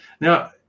Now